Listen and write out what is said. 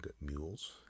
Mules